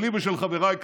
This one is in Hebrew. שלי ושל חבריי כאן,